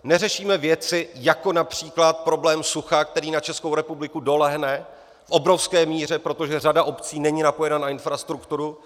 Neřešíme věci, jako například problém sucha, který na Českou republiku dolehne v obrovské míře, protože řada obcí není napojena na infrastrukturu.